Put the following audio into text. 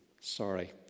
sorry